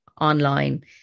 online